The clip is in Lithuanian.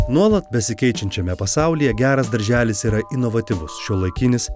nuolat besikeičiančiame pasaulyje geras darželis yra inovatyvus šiuolaikinis